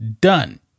done